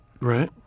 Right